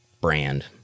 brand